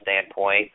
standpoint